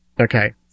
Okay